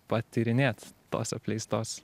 patyrinėt tos apleistos